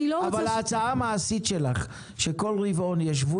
אבל ההצעה המעשית שלך שבכל רבעון ישבו